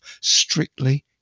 Strictly